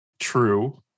True